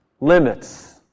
limits